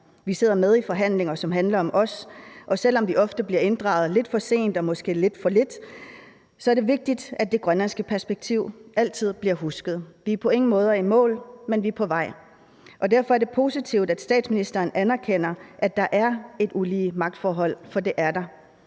Vi sidder med i forhandlinger, som handler om os, og selv om vi ofte bliver inddraget lidt for sent og måske lidt for lidt, er det vigtigt, at det grønlandske perspektiv altid bliver husket. Vi er på ingen måder i mål, men vi er på vej. Derfor er det positivt, at statsministeren anerkender, at der er et ulige magtforhold, for det er der.